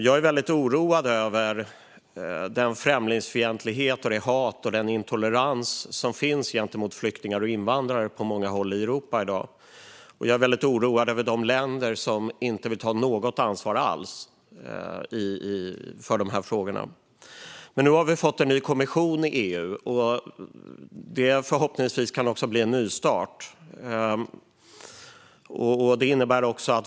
Jag är väldigt oroad över den främlingsfientlighet, det hat och den intolerans som finns gentemot flyktingar och invandrare på många håll i Europa i dag. Och jag är väldigt oroad över de länder som inte vill ta något ansvar alls för de här frågorna. Nu har vi fått en ny kommission i EU, och det kan förhoppningsvis innebära en nystart.